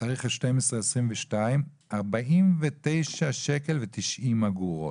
תאריך 12.22, 49.90 שקל.